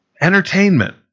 Entertainment